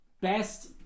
Best